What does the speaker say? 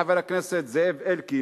חבר הכנסת זאב אלקין,